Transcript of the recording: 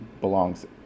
belongs